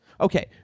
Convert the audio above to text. Okay